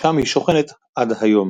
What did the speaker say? שם היא שוכנת עד היום.